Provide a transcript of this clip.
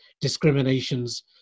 discriminations